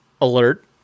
alert